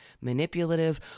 manipulative